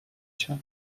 się